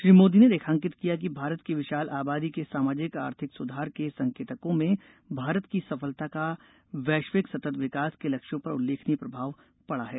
श्री मोदी ने रेखांकित किया कि भारत की विशाल आबादी के सामाजिक आर्थिक सुधार के संकेतकों में भारत की सफलता का वैश्विक सतत विकास के लक्ष्यों पर उल्लेखनीय प्रभाव पडा है